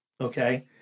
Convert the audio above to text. okay